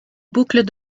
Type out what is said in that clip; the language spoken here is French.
boucles